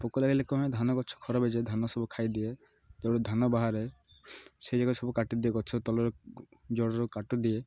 ପୋକ ଲାଗିଲେ ଲୋକମାନେ ଧାନ ଗଛ ଖରାପ ହେଇଯାଏ ଧାନ ସବୁ ଖାଇଦିଏ ଯଉ ଧାନ ବାହାରେ ସେଇ ଜାଗା ସବୁ କାଟିଦିଏ ଗଛ ତଳରେ ଜଡ଼ରୁ କାଟି ଦିଏ